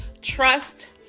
trust